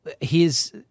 he's-